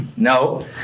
No